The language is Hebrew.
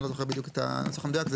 אני לא זוכר את הנוסח המדויק.